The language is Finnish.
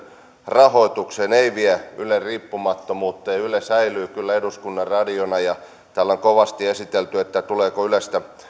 rahoitukseen ei vie ylen riippumattomuutta ja yle säilyy kyllä eduskunnan radiona täällä on kovasti esitelty että tuleeko ylestä